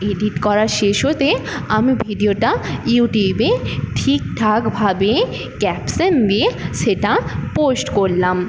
edit করা শেষ হতে আমি ভিডিওটা ইউটিউবে ঠিকঠাকভাবে ক্যাপশন দিয়ে সেটা পোস্ট করলাম